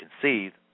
conceived